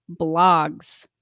blogs